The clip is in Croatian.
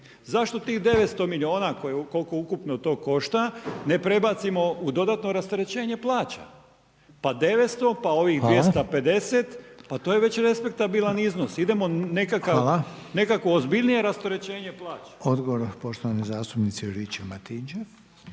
Zašto tih 900 miliona koliko ukupno to košta ne prebacimo u dodatno rasterećenje plaća? Pa 900, pa ovih 250, pa to je već respektabilan iznos. Idemo nekakvo ozbiljnije rasterećenje plaća. **Reiner, Željko (HDZ)** Odgovor poštovane zastupnice Juričev-Martinčev.